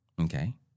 Okay